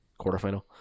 quarterfinal